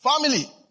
Family